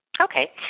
Okay